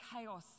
chaos